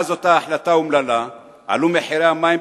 מאז אותה החלטה אומללה עלו מחירי המים